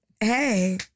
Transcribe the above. Hey